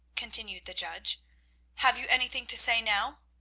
continued the judge have you anything to say now?